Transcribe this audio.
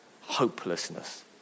hopelessness